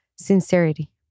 Sincerity